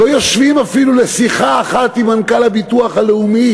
לא יושבים אפילו לשיחה אחת עם מנכ"ל הביטוח הלאומי,